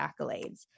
accolades